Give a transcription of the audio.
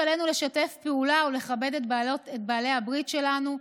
עלינו לשתף פעולה ולכבד את בעלי הברית שלנו,